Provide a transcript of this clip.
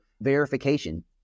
verification